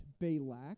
Balak